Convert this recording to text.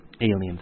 aliens